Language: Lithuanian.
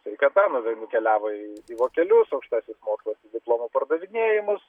sveikata nukeliavo į į vokelius aukštasis mokslas į diplomų pardavinėjimus